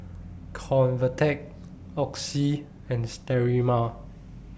Convatec Oxy and Sterimar